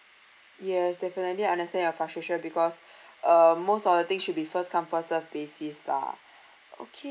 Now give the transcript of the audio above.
yes definitely understand your frustration because uh most of the thing should be first come first served basis lah okay